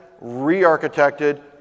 re-architected